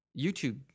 YouTube